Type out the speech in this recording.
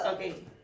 Okay